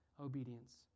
obedience